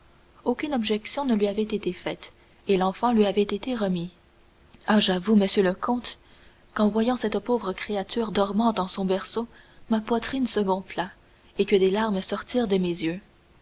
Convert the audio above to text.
aucune objection ne lui avait été faite et l'enfant lui avait été remis ah j'avoue monsieur le comte qu'en voyant cette pauvre créature dormant dans son berceau ma poitrine se gonfla et que des larmes sortirent de mes yeux